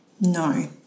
No